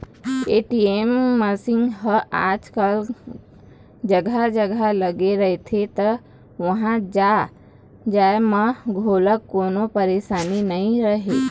ATM machine ह आजकल जघा जघा लगे रहिथे त उहाँ जाए म घलोक कोनो परसानी नइ रहय